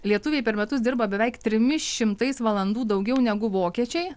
lietuviai per metus dirba beveik trimis šimtais valandų daugiau negu vokiečiai